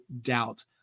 doubt